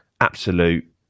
absolute